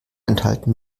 enthalten